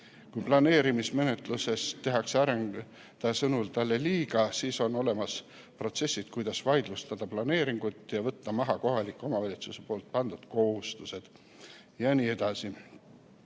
Kui planeerimismenetluses tehakse arendaja sõnul talle liiga, siis on olemas protsessid, kuidas vaidlustada planeeringut ja võtta maha kohaliku omavalitsuse pandud kohustused jne.